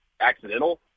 accidental